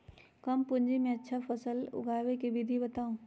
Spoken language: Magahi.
कम पूंजी में अच्छा फसल उगाबे के विधि बताउ?